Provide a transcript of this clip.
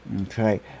Okay